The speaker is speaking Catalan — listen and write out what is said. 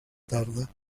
tarda